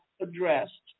addressed